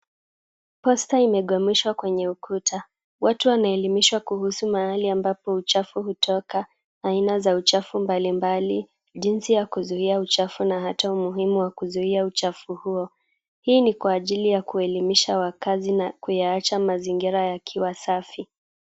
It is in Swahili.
Posta imegwamishwa kwa ukuta, watu wanaelimishwa kuhusu mahali ambapo uchafu hutoka, aina za uchafu mbalimbali, jinsi ya kuzuia uchafu na hata umuhimu wa kuzuia uchafu huo. Hii ni kwa ajili ya kuelimisha wakazi na kuyaacha mazingira yakiwa safi.